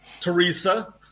Teresa